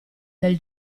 del